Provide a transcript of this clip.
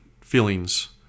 feelings